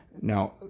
Now